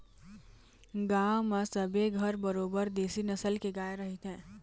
गांव म सबे घर बरोबर देशी नसल के गाय रहिथे